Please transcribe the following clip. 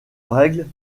règle